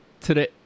today